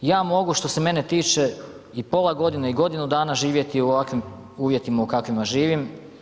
Ja mogu što se mene tiče i pola godine i godinu dana živjeti u ovakvim uvjetima u kakvima živim.